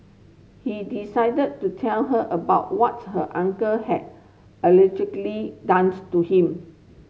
he decided to tell her about what her uncle had done to him